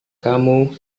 kamu